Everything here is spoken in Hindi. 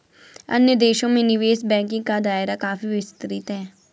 अन्य देशों में निवेश बैंकिंग का दायरा काफी विस्तृत है